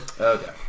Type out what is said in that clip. okay